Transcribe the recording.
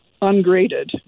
ungraded